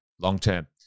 long-term